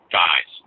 guys